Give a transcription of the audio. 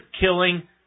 killing